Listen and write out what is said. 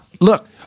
Look